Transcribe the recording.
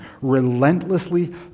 relentlessly